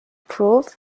prove